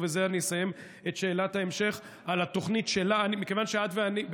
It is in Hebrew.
ובזה אני אסיים את שאלת ההמשך על התוכנית: מכיוון שאת ואני,